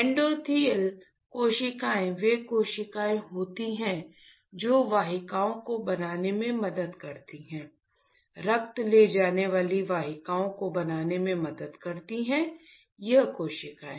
endothelial कोशिकाएं वे कोशिकाएं होती हैं जो वाहिकाओं को बनाने में मदद करती हैं रक्त ले जाने वाली वाहिकाओं को बनाने में मदद करती हैंयह कोशिकाएं